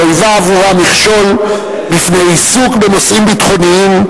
לא היווה עבורה מכשול בפני עיסוק בנושאים ביטחוניים,